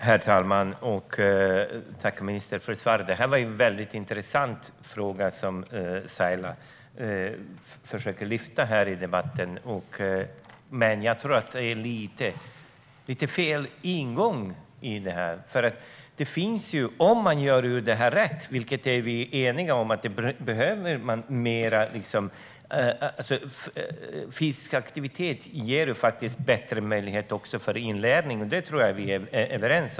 Herr talman! Tack för svaret, ministern! Det är en mycket intressant fråga som Saila lyfter upp i debatten, men jag tror att det är lite fel ingång. Vi är överens om att fysisk aktivitet ger bättre möjlighet till inlärning.